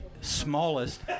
smallest